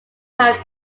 have